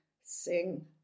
sing